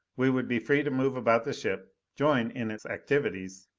we would be free to move about the ship, join in its activities.